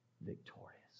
victorious